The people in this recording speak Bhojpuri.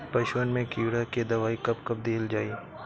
पशुअन मैं कीड़ा के दवाई कब कब दिहल जाई?